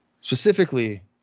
specifically